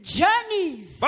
journeys